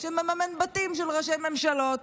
שמממן בתים של ראשי ממשלות,